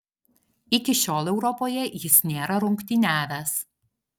iki šiol europoje jis nėra rungtyniavęs